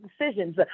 decisions